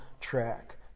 track